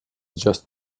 just